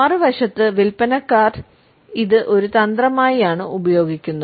മറുവശത്ത് വിൽപ്പനക്കാർ ഇത് ഒരു തന്ത്രമായി ആണ് ഉപയോഗിക്കുന്നത്